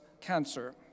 cancer